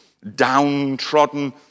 downtrodden